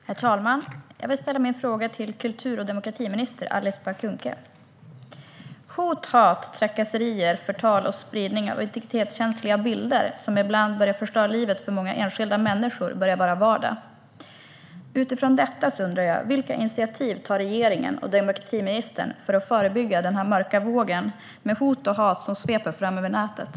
Herr talman! Jag vill ställa min fråga till kultur och demokratiminister Alice Bah Kuhnke. Hot, hat, trakasserier, förtal och spridning av integritetskänsliga bilder, som ibland förstör livet för många enskilda människor, börjar bli vardag. Utifrån detta undrar jag: Vilka initiativ tar regeringen och demokratiministern för att förebygga den mörka vågen av hot och hat som sveper fram över nätet?